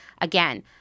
Again